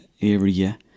area